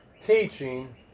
teaching